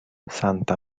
santa